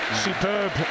Superb